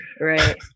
Right